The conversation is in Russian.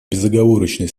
безоговорочно